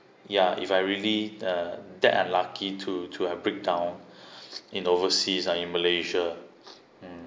ya if I really uh that unlucky to to have breakdown in overseas ah in malaysia hmm